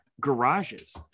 garages